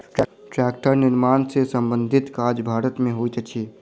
टेक्टरक निर्माण सॅ संबंधित काज भारत मे होइत अछि